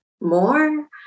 more